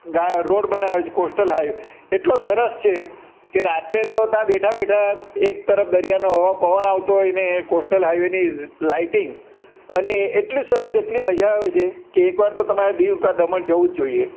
road બનાવ્યા છે coastal highway એટલો સરસ છે કે રાત્રે તો ત્યાં બેઠા બેઠા એક તરફ દરિયાનો હવા પવન આવતો હોય ને એ કોસ્ટલ હાઇવેની લાઇટિંગ અને એટલી સરસ એટલી મજા આવે છે કે એક વાર તો તમારે દીવ કે દમણ જવું જ જોઈએ